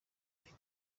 afite